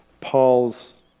Paul's